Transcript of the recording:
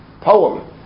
poem